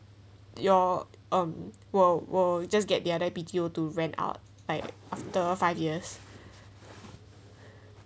your um will will just get the other B_Q to rent out by after five years